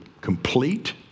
complete